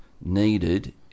needed